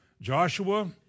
Joshua